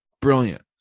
brilliant